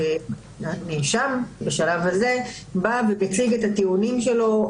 והנאשם בשלב הזה מציג את הטיעונים שלו,